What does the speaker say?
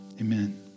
Amen